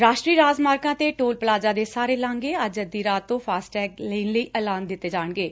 ਰਾਸ਼ਟਰੀ ਰਾਜ ਮਾਰਗਾਂ ਤੇ ਟੋਲ ਪਲਾਜ਼ਾ ਦੇ ਸਾਰੇ ਲਾਘੇ ਅੱਜ ਅੱਧੀ ਰਾਤ ਤੋ ਫਾਸਟੈਗ ਲੇਨ ਐਲਾਨ ਦਿੱਡੇ ਜਾਣਗੇ